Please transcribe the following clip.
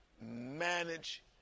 manage